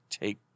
take